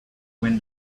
when